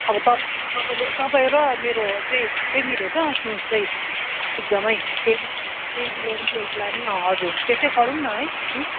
अब तप तपाईँले तपाईँ र मेरो चाहिँ ठिकै मिलेछ सोच चाहिँ एकदमै टेन टेन इलेभेन ट्वेल्भलाई नै हजुर त्यसै गरौँ न है मिस